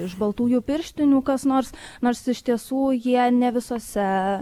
iš baltųjų pirštinių kas nors nors iš tiesų jie ne visose